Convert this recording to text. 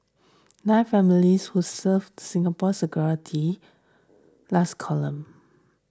nine families who served Singapore's security last column